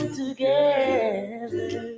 together